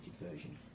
version